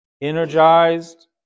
energized